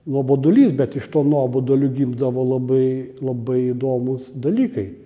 nuobodulys bet iš to nuobodulio gimdavo labai labai įdomūs dalykai